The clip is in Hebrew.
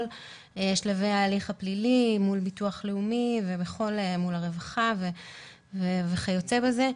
שלבי ההליך הפלילי מול ביטוח לאומי ומול הרווחה וכיוצא בזה.